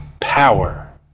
power